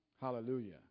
Hallelujah